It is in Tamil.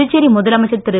புதுச்சேரி முதலமைச்சர் திரு